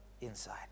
Inside